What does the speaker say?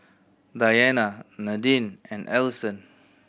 Diana Nadine and Ellison